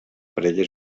parella